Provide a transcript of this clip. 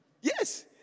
Yes